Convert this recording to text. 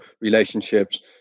relationships